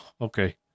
Okay